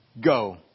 Go